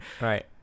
Right